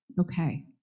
Okay